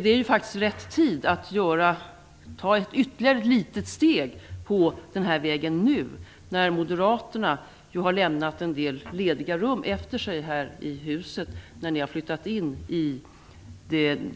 Det är faktiskt rätt tid att nu ta ytterligare ett litet steg på den här vägen när moderaterna ju har lämnat en del lediga rum efter sig här i huset när de har flyttat in i